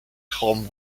com